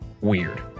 weird